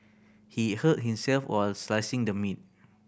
he hurt himself while slicing the meat